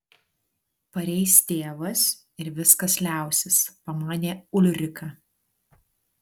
pareis tėvas ir viskas liausis pamanė ulrika